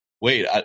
wait